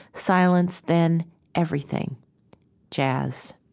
silence then everything jazz